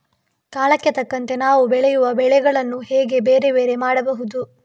ಕಾಲಕ್ಕೆ ತಕ್ಕಂತೆ ನಾವು ಬೆಳೆಯುವ ಬೆಳೆಗಳನ್ನು ಹೇಗೆ ಬೇರೆ ಬೇರೆ ಮಾಡಬಹುದು?